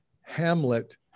Hamlet